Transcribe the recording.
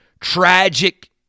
tragic